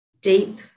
deep